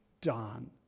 done